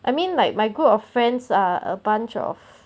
I mean like my group of friends are a bunch of